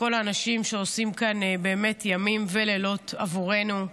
לכל האנשים שעושים כאן באמת ימים ולילות עבורנו.